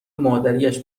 مادریاش